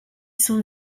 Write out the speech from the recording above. son